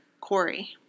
Corey